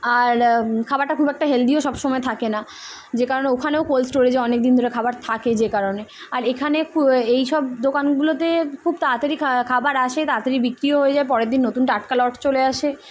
আর খাবারটা খুব একটা হেলদিও সব সময় থাকে না যে কারণে ওখানেও কোল্ড স্টোরেজে অনেক দিন ধরে খাবার থাকে যে কারণে আর এখানে এই সব দোকানগুলোতে খুব তাড়াতাড়ি খাবার আসে তাড়াতাড়ি বিক্রিও হয়ে যায় পরের দিন নতুন টাটকা লট চলে আসে